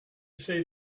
say